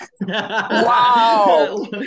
Wow